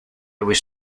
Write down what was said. was